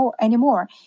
anymore